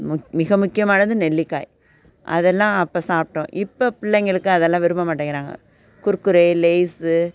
முக் மிக முக்கியமானது நெல்லிக்காய் அதெல்லாம் அப்போ சாப்பிட்டோம் இப்போ பிள்ளைங்களுக்கு அதெல்லாம் விரும்ப மாட்டேங்கிறாங்க குர்க்குரே லேஸு